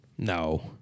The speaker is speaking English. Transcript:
No